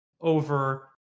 over